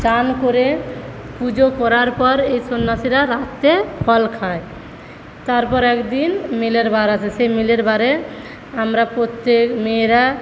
চান করে পুজো করার পর এই সন্ন্যাসীরা রাতে ফল খায় তারপর একদিন মিলের বার আসে সেই মিলের বারে আমরা প্রত্যেক মেয়েরা